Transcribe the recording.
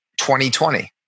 2020